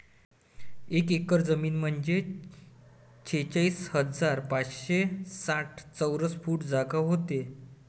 एक एकर जमीन म्हंजे त्रेचाळीस हजार पाचशे साठ चौरस फूट जागा व्हते